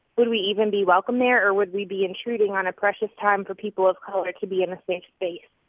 would we even be welcome there, or would we be intruding on a precious time for people of color to be in a safe space?